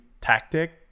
tactic